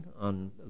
on